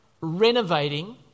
renovating